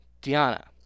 Diana